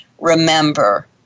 Remember